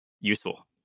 useful